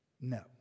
No